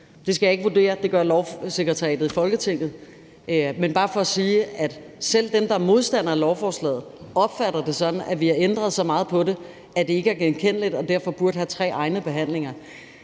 Det skal jeg ikke vurdere. Det gør Lovsekretariatet i Folketinget. Men det er bare for at sige, at selv dem, der er modstandere af lovforslaget, opfatter det sådan, at vi har ændret så meget på det, at det ikke er genkendeligt og derfor burde have tre egne behandlinger.